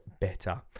better